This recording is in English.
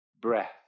breath